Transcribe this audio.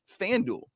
FanDuel